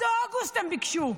עד אוגוסט הם ביקשו,